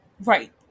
Right